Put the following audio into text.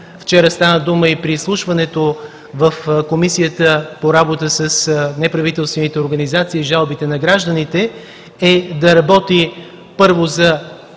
вчера стана дума и при изслушването в Комисията по взаимодействието с неправителствените организации и жалбите на гражданите – е да работи, първо, за